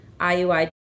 IUI